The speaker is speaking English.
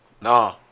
nah